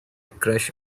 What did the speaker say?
crush